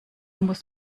muss